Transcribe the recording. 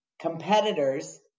competitors